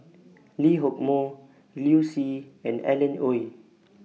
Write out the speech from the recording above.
Lee Hock Moh Liu Si and Alan Oei